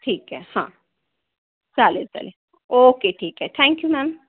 ठीक आहे हां चालेल चालेल ओके ठीक आहे थँक्यू मॅम